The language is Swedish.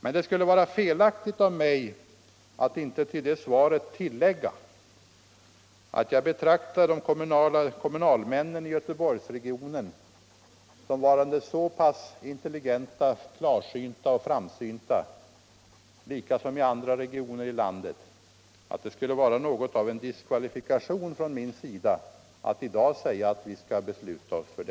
Men det skulle vara felaktigt av mig att inte till det svaret tillägga att jag betraktar kommunalmännen i Göteborgsregionen, liksom i andra regioner i landet, som varande intelligenta, klarsynta och framsynta och att det skulle innebära en diskvalificering av dem om jag i dag sade att vi skulle fatta beslut om en sådan översyn.